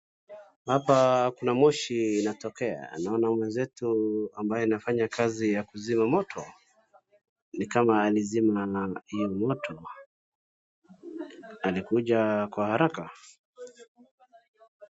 Hapa kuna moshi inatokea, naona mwenzetu ambaye anafanya kazi ya kuzima moto, nikama alizima hii moto. Alikuja kwa haraka.